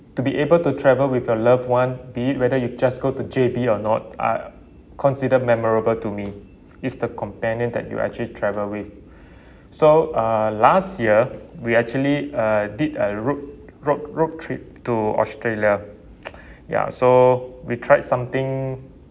to be able to travel with your loved one be it whether you just go to J_B or not are considered memorable to me it's the companion that you actually travel with so uh last year we actually uh did a road road road trip to australia ya so we tried something